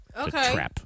Okay